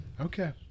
Okay